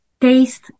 taste